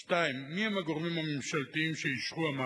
2. מי הם הגורמים הממשלתיים שאישרו את המהלך?